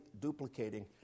duplicating